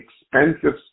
expensive